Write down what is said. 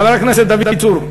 חבר הכנסת דוד צור.